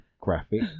graphic